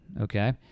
okay